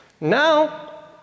Now